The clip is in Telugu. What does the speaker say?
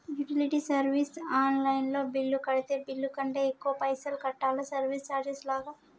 యుటిలిటీ సర్వీస్ ఆన్ లైన్ లో బిల్లు కడితే బిల్లు కంటే ఎక్కువ పైసల్ కట్టాలా సర్వీస్ చార్జెస్ లాగా?